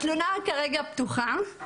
התלונה כרגע פתוחה.